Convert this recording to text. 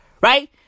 Right